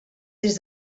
des